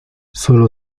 solo